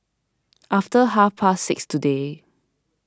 after half past six today